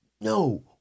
No